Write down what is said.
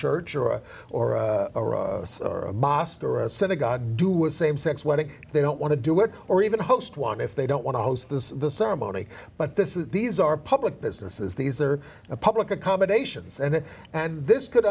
church or a or a mosque or a synagogue do with same sex wedding they don't want to do it or even host one if they don't want to host the ceremony but this is these are public businesses these are public accommodations and and this could